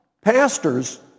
pastors